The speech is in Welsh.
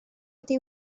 ydy